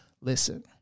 Listen